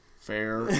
fair